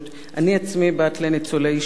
אני עצמי בת לניצולי שואה.